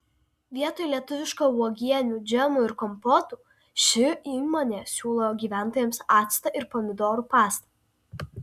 vietoj lietuviškų uogienių džemų ir kompotų ši įmonė siūlo gyventojams actą ir pomidorų pastą